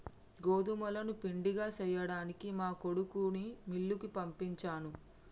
గోదుములను పిండిగా సేయ్యడానికి మా కొడుకుని మిల్లుకి పంపించాను